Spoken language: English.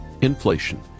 inflation